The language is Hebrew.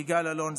יגאל אלון,